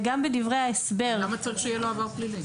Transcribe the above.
וגם בדברי ההסבר --- למה צריך שיהיה לו עבר פלילי?